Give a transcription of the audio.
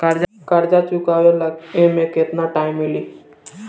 कर्जा चुकावे ला एमे केतना टाइम मिली?